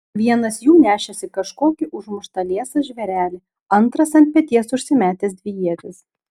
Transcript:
vienas jų nešėsi kažkokį užmuštą liesą žvėrelį antras ant peties užsimetęs dvi ietis